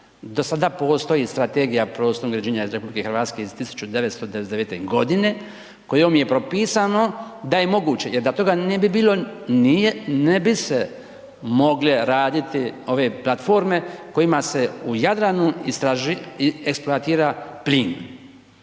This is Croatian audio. Do sada postoji Strategija prostornog uređenja RH iz 1999. godine kojom je propisano da je moguće jer da toga ne bi bilo ne bi se mogle raditi ove platforme kojima se u Jadranu eksploatira plin.